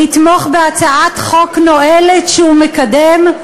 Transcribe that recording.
לתמוך בהצעת חוק נואלת שהוא מקדם,